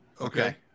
Okay